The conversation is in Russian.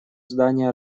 здание